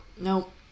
Nope